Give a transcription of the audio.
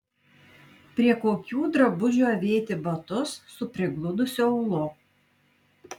prie kokių drabužių avėti batus su prigludusiu aulu